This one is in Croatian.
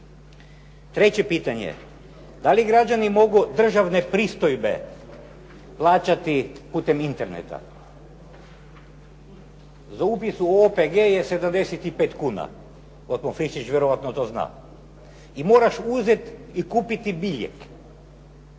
Treće pitanje, da li građani mogu državne pristojbe plaćati putem interneta. Za upis u OPG je 75 kuna, gospodin Friščić vjerojatno to zna. I moraš uzeti i kupiti biljeg.